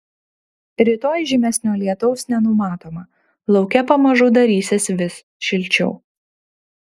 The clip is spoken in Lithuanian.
rytoj žymesnio lietaus nenumatoma lauke pamažu darysis vis šilčiau